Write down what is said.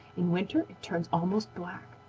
in winter it turns almost black.